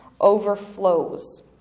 overflows